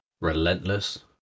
relentless